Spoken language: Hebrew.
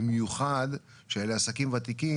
במיוחד שאלה עסקים ותיקים,